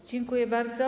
Dziękuję bardzo.